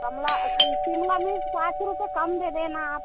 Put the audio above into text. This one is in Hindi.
कमला शिमला मिर्च पाँच रुपये कम दे देना आप